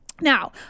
Now